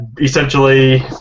Essentially